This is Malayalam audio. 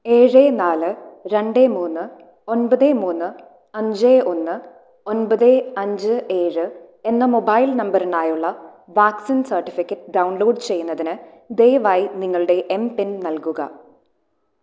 ഏഴ് നാല് രണ്ട് മൂന്ന് ഒൻപത് മൂന്ന് അഞ്ച് ഒന്ന് ഒൻപത് അഞ്ച് ഏഴ് എന്ന മൊബൈൽ നമ്പറിനായുള്ള വാക്സിൻ സർട്ടിഫിക്കറ്റ് ഡൗൺലോഡ് ചെയ്യുന്നതിന് ദയവായി നിങ്ങളുടെ എം പിൻ നൽകുക